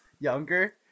Younger